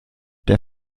der